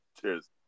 Cheers